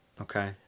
Okay